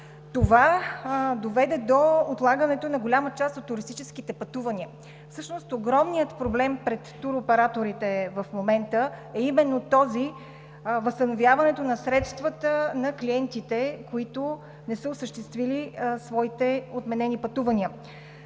Това доведе до отлагането на голяма част от туристическите пътувания. Всъщност огромният проблем пред туроператорите в момента е именно възстановяването на средствата на клиентите, които не са осъществили своите отменени пътувания.